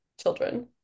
children